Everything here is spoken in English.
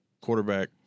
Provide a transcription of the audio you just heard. quarterback